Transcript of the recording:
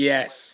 Yes